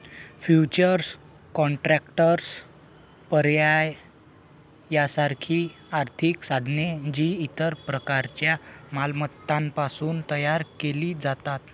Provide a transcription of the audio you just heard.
futures contracts, पर्याय यासारखी आर्थिक साधने, जी इतर प्रकारच्या मालमत्तांपासून तयार केली जातात